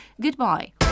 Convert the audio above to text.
Goodbye